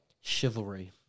Chivalry